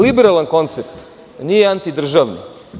Liberalan koncept nije antidržavni.